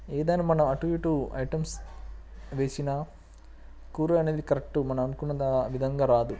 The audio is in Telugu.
ఏదైనా మనం అటు ఇటు ఐటమ్స్ వేసిన కూర అనేది కరెక్ట్గా మనం అనుకున్న విధంగా రాదు